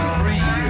free